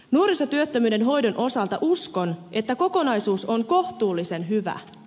nuorisotyöttömyyden hoidon osalta uskon että kokonaisuus on kohtuullisen hyvä